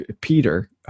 Peter